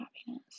happiness